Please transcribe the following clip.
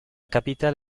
capitale